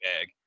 bag